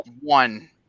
one